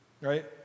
Right